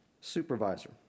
supervisor